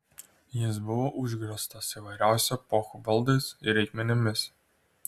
jis buvo užgrioztas įvairiausių epochų baldais ir reikmenimis